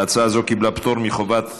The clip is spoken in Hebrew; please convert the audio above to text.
ההצעה הזו קיבלה פטור מחובת הנחה.